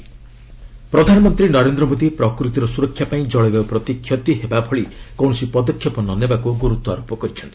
PM Modi UN award ପ୍ରଧାନମନ୍ତ୍ରୀ ନରେନ୍ଦ୍ର ମୋଦି ପ୍ରକୃତିର ସୁରକ୍ଷା ପାଇଁ ଜଳବାୟୁ ପ୍ରତି କ୍ଷତି ହେବା ଭଳି କୌଣସି ପଦକ୍ଷେପ ନ ନେବାକୁ ଗୁରୁଡ୍ୱାରୋପ କରିଛନ୍ତି